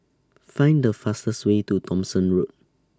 Find The fastest Way to Thomson Road